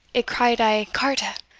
it cried aye carta,